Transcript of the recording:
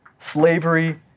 slavery